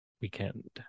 weekend